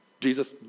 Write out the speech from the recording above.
Jesus